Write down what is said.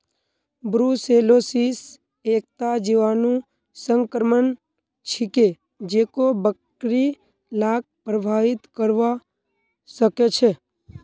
brucellosis एकता जीवाणु संक्रमण छिके जेको बकरि लाक प्रभावित करवा सकेछे